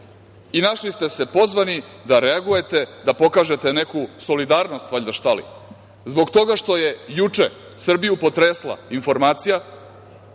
našli ste se pozvani da reagujete, da pokažete neku solidarnost, valjda, šta li, zbog toga što je juče Srbiju potresla informacija